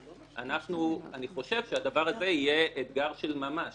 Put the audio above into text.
אני חושב שהדבר הזה יהיה אתגר של ממש.